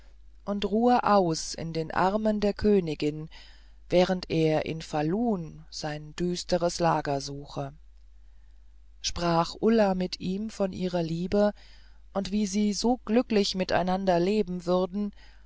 und ruhe aus in den armen der königin während er in falun sein düsteres lager suche sprach ulla mit ihm von ihrer liebe und wie sie so glücklich miteinander leben würden